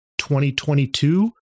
2022